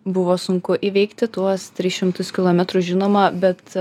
buvo sunku įveikti tuos tris šimtus kilometrų žinoma bet